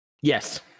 Yes